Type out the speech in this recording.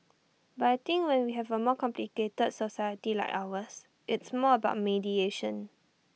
but I think when we have A more complicated society like ours it's more about mediation